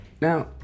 Now